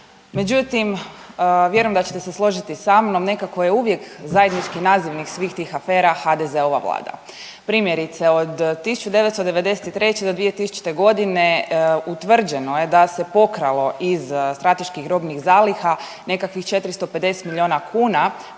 Međutim, vjerujem da ćete se složiti sa mnom, nekako je uvijek zajednički nazivnik svih tih afera HDZ-ova Vlada. Primjerice, od 1993. do 2000. godine utvrđeno je da se pokralo iz strateških robnih zaliha nekakvih 450 milijuna kuna,